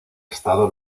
estado